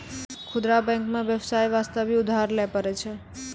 खुदरा बैंक मे बेबसाय बास्ते उधर भी लै पारै छै